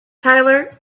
tyler